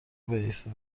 بایستی